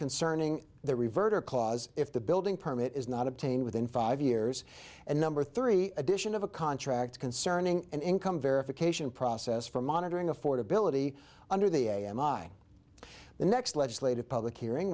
concerning the revert or cause if the building permit is not obtained within five years and number three addition of a contract concerning an income verification process for monitoring affordability under the am i the next legislative public hearing